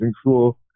school